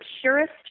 purest